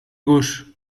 gauche